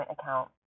account